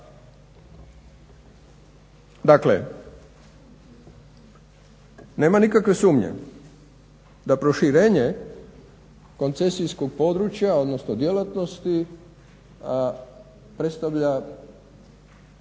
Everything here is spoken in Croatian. Dakle nema nikakve sumnje da proširenje koncesijskog područja odnosno djelatnosti predstavlja